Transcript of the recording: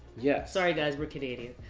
yeah sorry guys, we're canadian.